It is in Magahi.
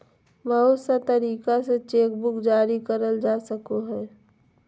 बहुत सा तरीका से चेकबुक जारी करल जा सको हय